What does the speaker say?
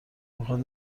میخواد